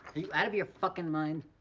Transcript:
out of your fuckin' mind?